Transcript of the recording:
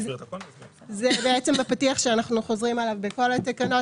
זה בעצם הפתיח שאנחנו חוזרים עליו בכל התקנות.